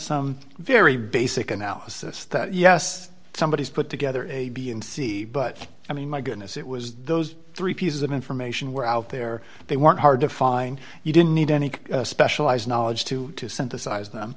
some very basic analysis that yes somebody has put together a b and c but i mean my goodness it was those three pieces of information were out there they weren't hard to find you didn't need any specialized knowledge to synthesize them